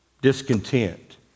discontent